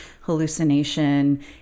hallucination